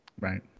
Right